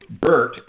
Bert